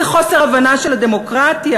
איזה חוסר הבנה של הדמוקרטיה,